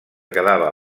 quedava